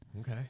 okay